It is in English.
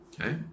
okay